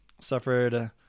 suffered